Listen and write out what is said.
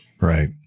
Right